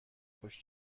خوش